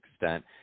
extent